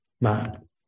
man